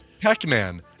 Pac-Man